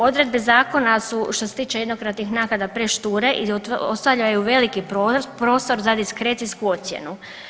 Odredbe zakona su što se tiče jednokratnih naknada prešture i ostavljaju veliki prostor za diskrecijsku ocjenu.